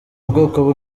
ubwoko